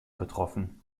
betroffen